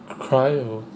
cryo